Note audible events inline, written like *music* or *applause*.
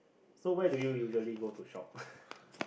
so where do you usually go to shop *breath*